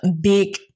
big